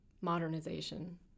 modernization